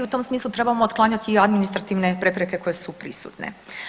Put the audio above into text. U tom smislu trebamo otklanjati i administrativne prepreke koje su prisutne.